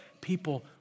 People